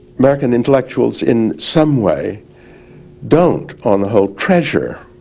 american intellectuals in some way don't on the whole, treasure